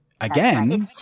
again